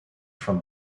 from